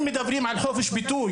אם מדברים על חופש ביטוי,